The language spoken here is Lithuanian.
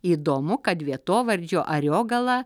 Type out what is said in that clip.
įdomu kad vietovardžio ariogala